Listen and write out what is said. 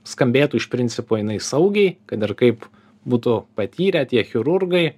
skambėtų iš principo jinai saugiai kad ir kaip būtų patyrę tie chirurgai